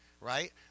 right